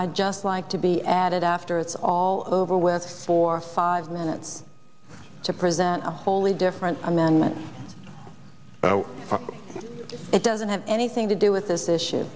i'd just like to be added after it's all over with for five minutes to present a wholly different from then it doesn't have anything to do with this issue